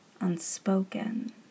unspoken